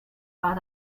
war